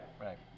right